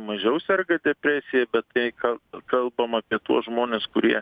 mažiau serga depresija tai kal kalbam apie tuos žmones kurie